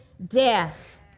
Death